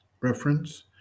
Reference